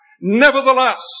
nevertheless